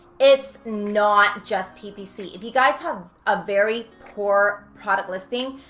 it's not just ppc. if you guys have a very poor product listing,